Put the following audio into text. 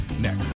next